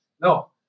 No